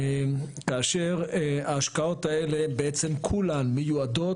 כאשר ההשקעות האלה בעצם כולן מיועדות